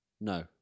No